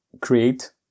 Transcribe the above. create